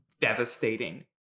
devastating